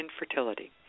Infertility